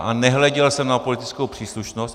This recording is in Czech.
A nehleděl jsem na politickou příslušnost.